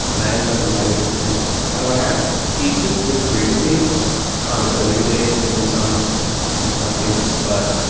and i ended up inviting him to dinner. and what happened. he just disagreed with me condescendingly and in some in some cases but.